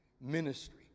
ministry